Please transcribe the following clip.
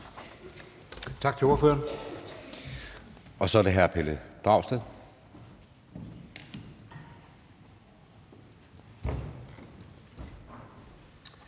Tak til ordføreren. Så er det hr. Pelle Dragsted.